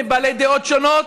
בעלי דעות שונות.